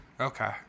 Okay